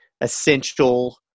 essential